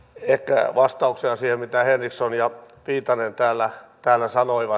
ehkä vastauksena siihen mitä henriksson ja viitanen täällä sanoivat